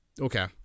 Okay